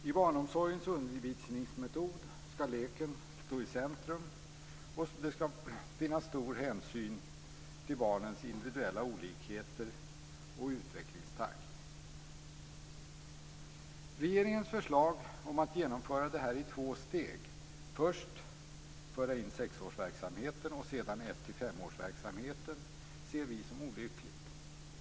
I barnomsorgens undervisningsmetod skall leken stå i centrum, och det skall tas stor hänsyn till barnens individuella olikheter och utvecklingstakt. Regeringens förslag om att genomföra detta i två steg - först föra in sexårsverksamheten och sedan ettfemårsverksamheten - ser vi som olyckligt.